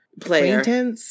player